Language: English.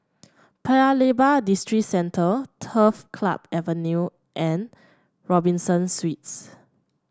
Paya Lebar Districentre Turf Club Avenue and Robinson Suites